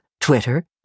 Twitter